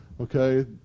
okay